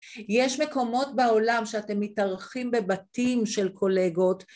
יש מקומות בעולם שאתם מתארחים בבתים של קולגות